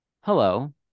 Hello